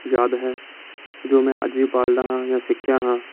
ਯਾਦ ਹੈ ਜੋ ਮੈਂ ਅੱਜ ਇਹ ਪਾਲਦਾ ਹਾਂ ਜਾਂ ਸਿੱਖਿਆ ਹਾਂ